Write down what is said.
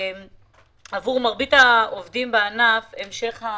עבור מרבית העובדים בענף, המשך המענקים,